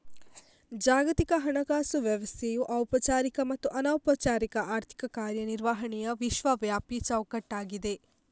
ಜಾಗತಿಕ ಹಣಕಾಸು ವ್ಯವಸ್ಥೆಯು ಔಪಚಾರಿಕ ಮತ್ತು ಅನೌಪಚಾರಿಕ ಆರ್ಥಿಕ ಕಾರ್ಯ ನಿರ್ವಹಣೆಯ ವಿಶ್ವವ್ಯಾಪಿ ಚೌಕಟ್ಟಾಗಿದೆ